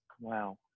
Wow